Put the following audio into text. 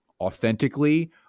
authentically